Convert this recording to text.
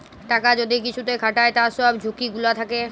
টাকা যদি কিসুতে খাটায় তার সব ঝুকি গুলা থাক্যে